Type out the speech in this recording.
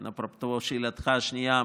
אפרופו שאלתך השנייה,